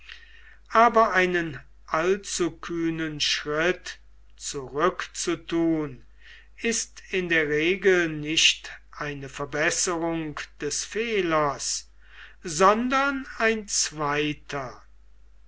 aber einen allzu kühnen schritt zurückzutun ist in der regel nicht eine verbesserung des fehlers sondern ein zweiter